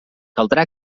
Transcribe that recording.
caldrà